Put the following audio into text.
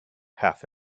half